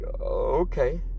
okay